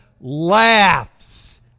laughs